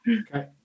Okay